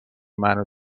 منو